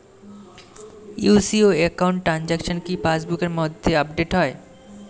UCO account transaction কি পাস বুকের মধ্যে আপডেট হবে?